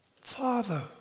Father